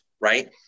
right